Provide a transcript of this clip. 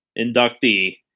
inductee